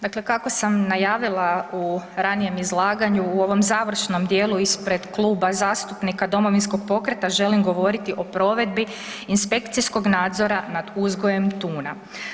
Dakle, kako sam najavila u ranijem izlaganju u ovom završnom dijelu ispred Kluba zastupnika Domovinskog pokreta želim govoriti o provedbi inspekcijskog nadzora nad uzgojem tuna.